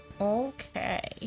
Okay